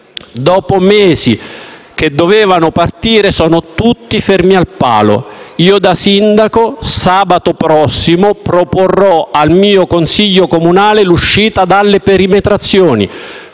dopo mesi che dovevano partire sono tutti fermi al palo. Io, da sindaco, sabato prossimo proporrò al mio Consiglio comunale l'uscita dalle perimetrazioni.